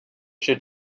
she